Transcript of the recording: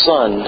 Son